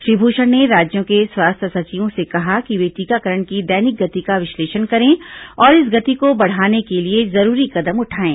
श्री भूषण ने राज्यों के स्वास्थ्य सचिवों से कहा कि वे टीकाकरण की दैनिक गति का विश्लेषण करें और इस गति को बढ़ाने के लिए जरूरी कदम उठाएं